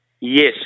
Yes